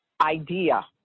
idea